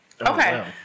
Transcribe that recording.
Okay